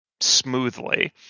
smoothly